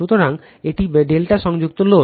সুতরাং এটি ∆ সংযুক্ত লোড